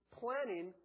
planning